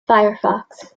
firefox